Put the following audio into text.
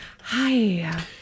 Hi